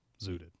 Zooted